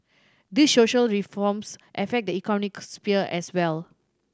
these social reforms affect the economic sphere as well